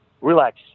Relax